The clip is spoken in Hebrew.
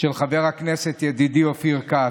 של חבר הכנסת ידידי אופיר כץ.